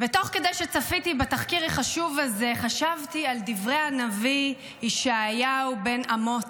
ותוך כדי שצפיתי בתחקיר החשוב הזה חשבתי על דברי הנביא ישעיהו בן אמוץ,